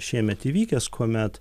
šiemet įvykęs kuomet